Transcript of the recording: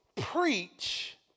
Preach